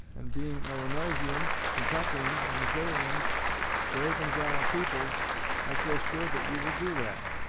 and, being illinoisans, kentuckians, and missourians brave and gallant people i feel sure that you will do that.